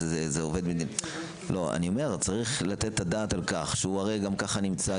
זה עובד --- צריך לתת את הדעת על כך שהוא גם ככה נמצא,